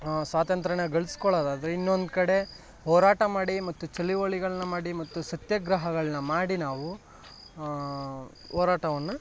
ಸ್ವಾತಂತ್ರ್ಯನ ಗಳ್ಸ್ಕೊಳ್ಳೋದಾದ್ರೆ ಇನ್ನೊಂದು ಕಡೆ ಹೋರಾಟ ಮಾಡಿ ಮತ್ತು ಚಳುವಳಿಗಳನ್ನ ಮಾಡಿ ಮತ್ತು ಸತ್ಯಾಗ್ರಹಗಳನ್ನ ಮಾಡಿ ನಾವು ಹೋರಾಟವನ್ನ